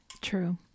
true